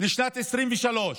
לשנת 2023,